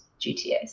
GTAs